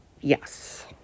Yes